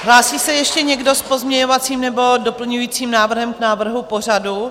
Hlásí se ještě někdo s pozměňovacím nebo doplňovacím návrhem k návrhu pořadu?